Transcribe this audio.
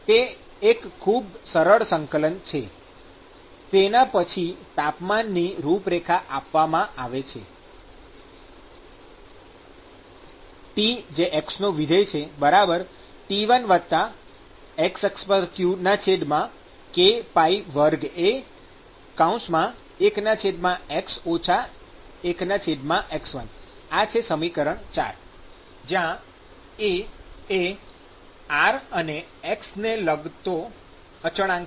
તે એક ખૂબ સરળ સંકલન છે જેના પછી તાપમાનની રૂપરેખા આપવામાં આવે છે TxT1qxkπa21x 1x1 ૪ જ્યાં a એ r અને x દિશાને લગતો અચળાંક છે